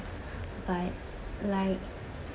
but like